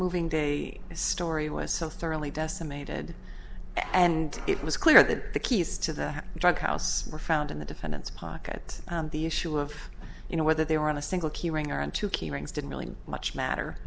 moving day his story was so thoroughly decimated and it was clear that the keys to the drug house were found in the defendant's pocket on the issue of you know whether they were on a single key ring around two killings didn't really much matter